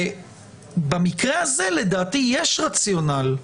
במקרה הזה לדעתי יש רציונל,